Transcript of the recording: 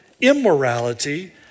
immorality